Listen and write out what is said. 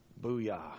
Booyah